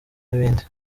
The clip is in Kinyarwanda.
n’ibindi